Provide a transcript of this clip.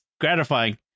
gratifying